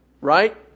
right